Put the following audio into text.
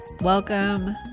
Welcome